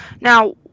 now